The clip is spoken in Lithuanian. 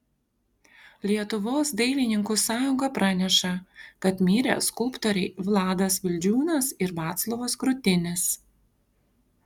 lietuvos dailininkų sąjunga praneša kad mirė skulptoriai vladas vildžiūnas ir vaclovas krutinis